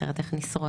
אחרת איך נשרוד,